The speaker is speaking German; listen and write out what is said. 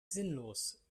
sinnlos